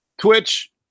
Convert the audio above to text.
twitch